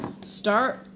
Start